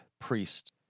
priest